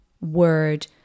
word